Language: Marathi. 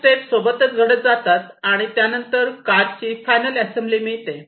या स्टेप सोबतच घडत जातात आणि त्यानंतर कारची फायनल असेम्बली मिळते